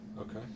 Okay